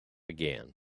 again